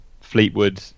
Fleetwood